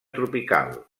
tropical